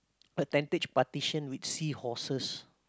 a tentage partition which see horses